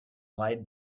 lied